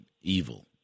evil